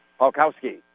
Polkowski